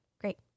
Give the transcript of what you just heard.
Great